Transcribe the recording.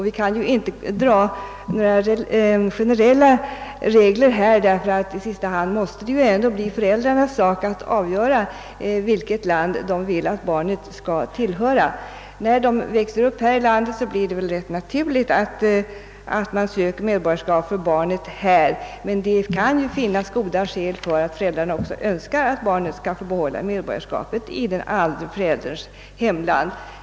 Vi kan inte dra några generella regler, ty i sista hand måste det ju ändå bli föräldrarnas sak att avgöra vilket land barnet skall tillhöra. För barn som växer upp här i landet blir det väl helt naturligt att man söker medborgarskap här, men det kan också finnas goda skäl för att föräldrarna önskar att barnet skall få medborgarskap i den andra förälderns hemland.